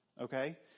Okay